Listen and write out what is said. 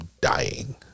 dying